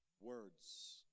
words